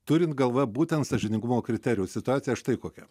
turint galvoje būtent sąžiningumo kriterijų situaciją štai kokia